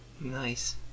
Nice